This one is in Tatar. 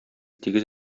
тигез